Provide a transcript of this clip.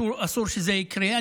אסור שזה שיקרה.